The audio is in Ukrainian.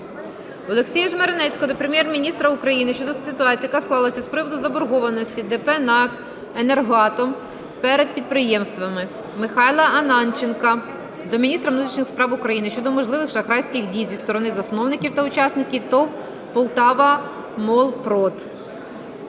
Олексія Жмеренецького до Прем'єр-міністра України щодо ситуації, яка склалася з приводу заборгованості ДП "НАЕК "Енергоатом" перед підприємствами. Михайла Ананченка до міністра внутрішніх справ України щодо можливих шахрайських дій зі сторони засновників та учасників ТОВ "Полтавамолпрод".